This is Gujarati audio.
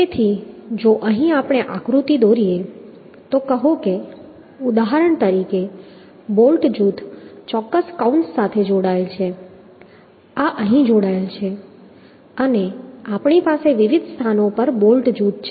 તેથી જો આપણે આકૃતિ દોરીએ તો કહો કે ઉદાહરણ તરીકે બોલ્ટ જૂથ ચોક્કસ કૌંસ સાથે જોડાયેલ છે આ અહીં જોડાયેલ છે અને આપણી પાસે વિવિધ સ્થાનો પર બોલ્ટ જૂથ છે